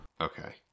Okay